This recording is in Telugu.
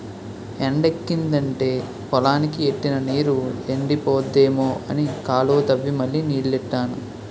ఎండెక్కిదంటే పొలానికి ఎట్టిన నీరు ఎండిపోద్దేమో అని కాలువ తవ్వి మళ్ళీ నీల్లెట్టాను